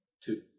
Two